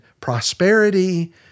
prosperity